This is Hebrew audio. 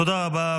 תודה רבה.